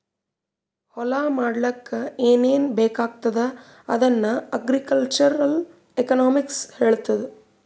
ಹೊಲಾ ಮಾಡ್ಲಾಕ್ ಏನೇನ್ ಬೇಕಾಗ್ತದ ಅದನ್ನ ಅಗ್ರಿಕಲ್ಚರಲ್ ಎಕನಾಮಿಕ್ಸ್ ಹೆಳ್ತುದ್